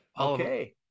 Okay